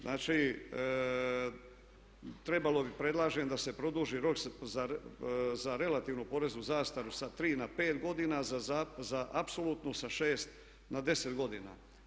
Znači, trebalo bi predlažem da se produži rok za relativnu poreznu zastaru sa 3 na 5 godina, za apsolutnu sa 6 na 10 godina.